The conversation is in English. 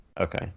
Okay